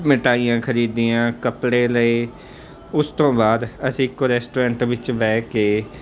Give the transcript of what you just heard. ਮਿਠਾਈਆਂ ਖਰੀਦੀਆਂ ਕੱਪੜੇ ਲਏ ਉਸ ਤੋਂ ਬਾਅਦ ਅਸੀਂ ਇੱਕੋ ਰੈਸਟੋਰੈਂਟ ਵਿੱਚ ਬਹਿ ਕੇ